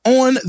on